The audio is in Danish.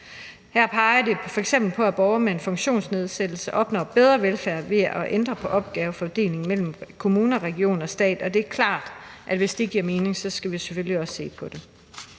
Her peger de f.eks. på, at borgere med en funktionsnedsættelse opnår bedre velfærd, ved at vi ændrer på opgavefordelingen mellem kommunerne, regionerne og staten. Og det er klart, at hvis det giver mening, skal vi selvfølgelig også se på det.